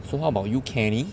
so how about you kenny